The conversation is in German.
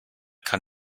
kann